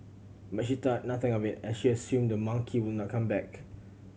but she thought nothing of it as she assumed the monkey would not come back